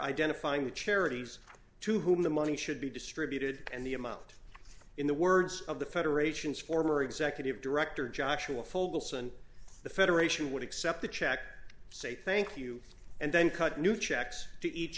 identifying the charities to whom the money should be distributed and the amount in the words of the federation's former executive director joshua full sun the federation would accept a check say thank you and then cut new checks to each